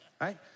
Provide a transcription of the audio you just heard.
right